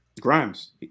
Grimes